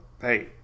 hey